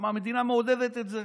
כי המדינה מעודדת את זה.